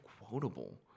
quotable